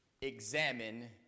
examine